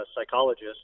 psychologist